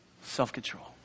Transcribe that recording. Self-control